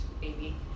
baby